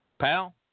pal